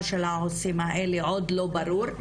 של העובדים הסוציאליים עוד לא ברור,